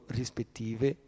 rispettive